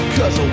Cause